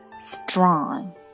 strong